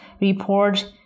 report